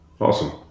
Awesome